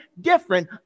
different